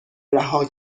رها